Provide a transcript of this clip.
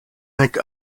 nek